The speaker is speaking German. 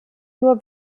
nur